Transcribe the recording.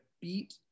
beat